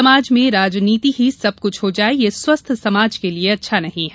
समाज में राजनीति ही सब कुछ हो जाये यह स्वस्थ समाज के लिए अच्छा नहीं है